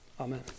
Amen